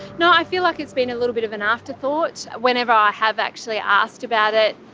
no, i feel like it's been a little bit of an afterthought. whenever i have actually asked about it,